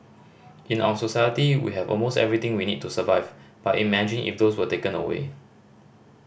in our society we have almost everything we need to survive but imagine if those were taken away